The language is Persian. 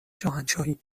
شاهنشاهی